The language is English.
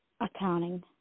accounting